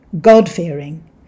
God-fearing